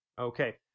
Okay